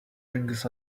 brings